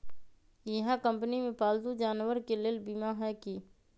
इहा कंपनी में पालतू जानवर के लेल बीमा हए कि?